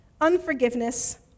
unforgiveness